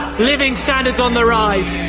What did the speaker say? living standards on the rise.